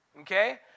Okay